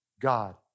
God